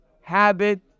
habit